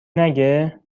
نگه